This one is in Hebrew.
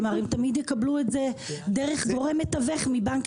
כלומר הם תמיד יקבלו את זה דרך גורם מתווך מבנק